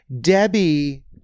Debbie